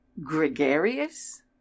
gregarious